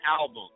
album